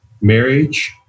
marriage